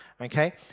okay